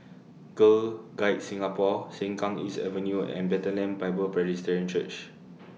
Girl Guides Singapore Sengkang East Avenue and Bethlehem Bible Presbyterian Church